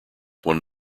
won